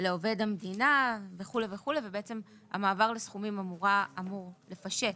לעובד המדינה וכו' וכו' ובעצם המעבר לסכומים אמור לפשט